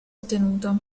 ottenuto